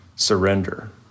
surrender